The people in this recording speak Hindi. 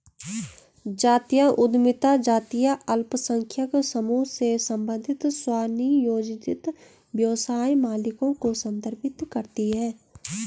जातीय उद्यमिता जातीय अल्पसंख्यक समूहों से संबंधित स्वनियोजित व्यवसाय मालिकों को संदर्भित करती है